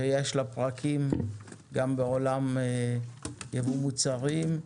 שיש לה פרקים גם בעולם ייבוא מוצרים,